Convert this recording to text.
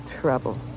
trouble